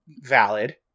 valid